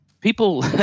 people